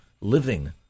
living